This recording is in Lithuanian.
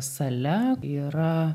sale yra